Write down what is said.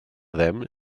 them